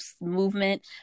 movement